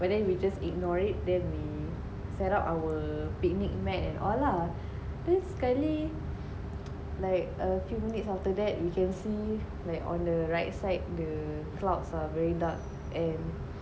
but then we just ignore it then we set up our picnic mat and all lah then sekali like a few minute after that we can see like on the right side the clouds are very dark and